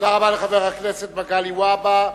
תודה רבה לחבר הכנסת מגלי והבה,